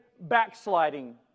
backsliding